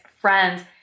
friends